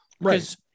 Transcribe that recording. Right